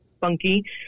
funky